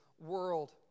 world